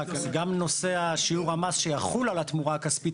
גם נושא שיעור המס שיחול על התמורה הכספית